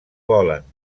volen